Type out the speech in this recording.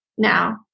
now